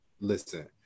Listen